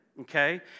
okay